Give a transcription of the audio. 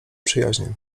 przyjaźnie